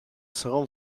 segon